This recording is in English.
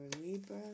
Libra